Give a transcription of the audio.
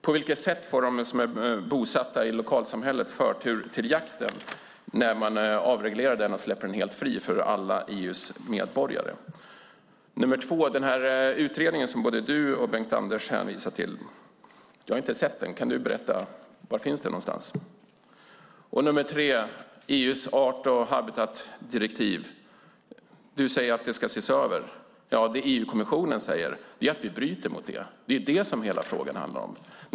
På vilket sätt får de som är bosatta i lokalsamhället förtur till jakten när man avreglerar och släpper den helt fri för EU:s alla medborgare? Den utredning som både du och Bengt-Anders hänvisar till har jag inte sett. Kan du berätta var den finns? Du säger att EU:s art och habitatdirektiv ska ses över. EU-kommissionen säger att vi bryter mot det. Det är vad frågan handlar om.